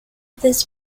this